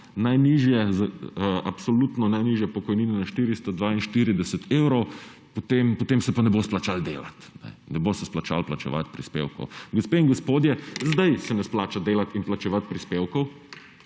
najnižjo pokojnino na 442 evrov, potem se pa ne bo splačalo delati, ne bo se splačalo vplačevati prispevkov. Gospe in gospodje, zdaj se ne splača delati in vplačevati prispevkov,